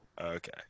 okay